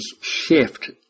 shift